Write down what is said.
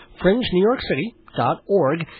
FringeNewYorkCity.org